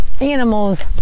animals